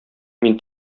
мин